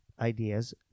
ideas